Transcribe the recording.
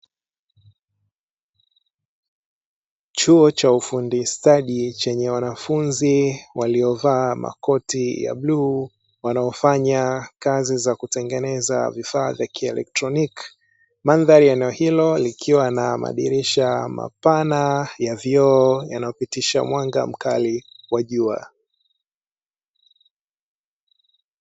Chuo cha ufundi stadi chenye wanafunzi waliovaa makoti ya bluu, wanaofanya kazi za kutengeneza vifaa vya kielektroniki. Mandhari ya eneo hilo likiwa na madirisha mapana ya vioo, yanayopitisha mwanga mkali wa jua.